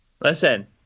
Listen